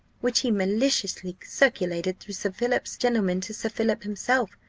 which he maliciously circulated through sir philip's gentleman to sir philip himself,